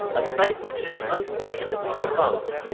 a site which is unfortunately defunct.